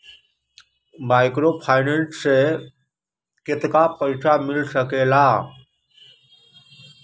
Microfinance से कतेक पैसा मिल सकले ला?